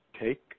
take